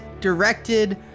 directed